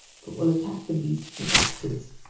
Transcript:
but we'll attack the beasts with axes.